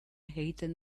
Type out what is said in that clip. egiten